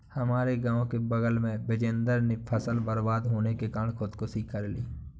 हमारे गांव के बगल में बिजेंदर ने फसल बर्बाद होने के कारण खुदकुशी कर ली